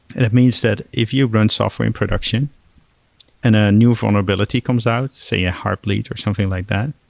and it means that if you run software and production and a new vulnerability comes out, say, a heart bleed or something like that,